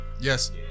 Yes